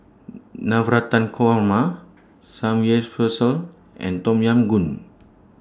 Navratan Korma Samgyeopsal and Tom Yam Goong